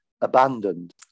abandoned